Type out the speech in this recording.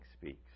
speaks